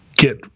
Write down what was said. Get